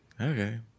Okay